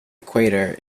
equator